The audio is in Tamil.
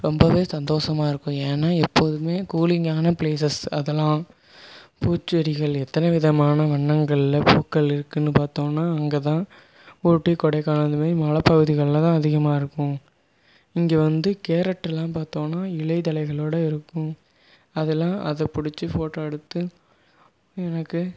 ரொம்பவே சந்தோஷமா இருக்கும் ஏன்னால் எப்போதுமே கூலிங்கான பிளேசஸ் அதெல்லாம் பூச்செடிகள் எத்தனை விதமான வண்ணங்களில் பூக்கள் இருக்குதுன்னு பார்த்தோன்னா அங்கே தான் ஊட்டி கொடைக்கானல் இந்த மாதிரி மலை பகுதிகளில் தான் அதிகமாக இருக்கும் இங்கே வந்து கேரட்டெலாம் பார்த்தோன்னா இலை தழைளோடு இருக்கும் அதலாம் அதை பிடிச்சி ஃபோட்டோ எடுத்து எனக்கு